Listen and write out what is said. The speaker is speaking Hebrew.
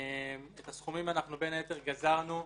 את הסכומים בין היתר גזרנו,